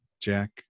jack